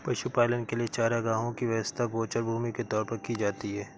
पशुपालन के लिए चारागाहों की व्यवस्था गोचर भूमि के तौर पर की जाती है